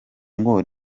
ngo